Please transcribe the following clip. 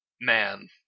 man